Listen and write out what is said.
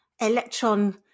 electron